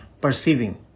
perceiving